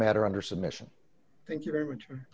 matter under submission thank you very much